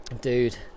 dude